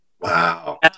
Wow